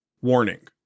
Warning